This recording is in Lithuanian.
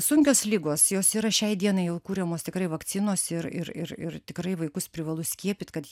sunkios ligos jos yra šiai dienai jau kuriamos tikrai vakcinos ir ir ir ir tikrai vaikus privalu skiepyt kad